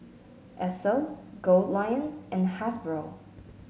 Esso Goldlion and Hasbro